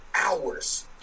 Hours